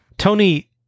Tony